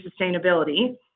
Sustainability